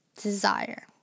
desire